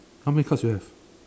how many cards you have